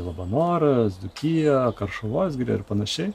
labanoras dzūkiją karšuvos giria ir panašiai